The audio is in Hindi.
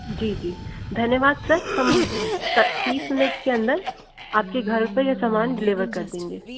जी जी धन्यवाद सर हम सर तीस मिनट के अंदर आपके घर पर ये सामान डिलीवर कर देंगे